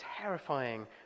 terrifying